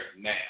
now